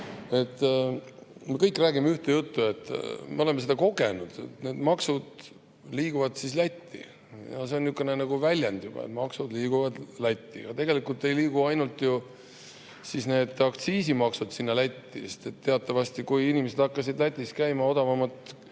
me kõik räägime ühte juttu, sest me oleme seda kogenud, et need maksud liiguvad siis Lätti. See on juba niisugune väljend, et maksud liiguvad Lätti. Aga tegelikult ei liigu ainult aktsiisimaksud sinna Lätti, sest teatavasti, kui inimesed hakkasid Lätis käima odavamat